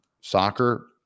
Soccer